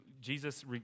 Jesus